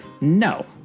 no